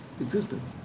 existence